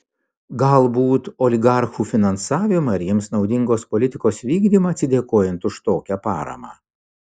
galbūt oligarchų finansavimą ir jiems naudingos politikos vykdymą atsidėkojant už tokią paramą